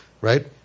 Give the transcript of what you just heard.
Right